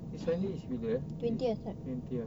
this sunday is bila is twentieth